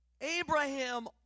Abraham